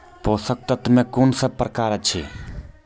पोसक तत्व मे कून सब प्रकार अछि?